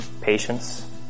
patience